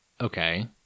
Okay